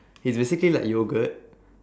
he's basically like yoghurt